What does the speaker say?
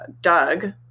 Doug